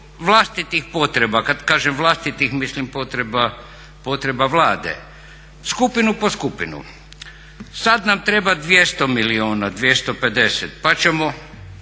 vlastitih potreba. Kad kažem vlastitih mislim potreba Vlade, skupinu po skupinu. Sad nam treba 200 milijuna, 250 pa ćemo